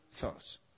thoughts